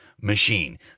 machine